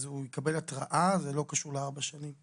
אז הוא יקבל התראה, ולא קשור לארבע שנים.